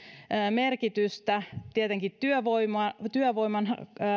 merkitystä tietenkin työvoiman